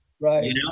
Right